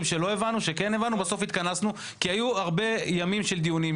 שהבנו ושלא הבנו כי היו ימים רבים של דיונים,